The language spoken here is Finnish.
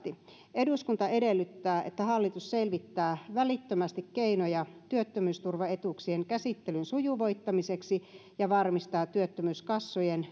eduskunta edellyttää että hallitus selvittää välittömästi keinoja työttömyysturvaetuuksien käsittelyn sujuvoittamiseksi ja varmistaa työttömyyskassojen